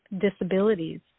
disabilities